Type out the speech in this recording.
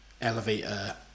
elevator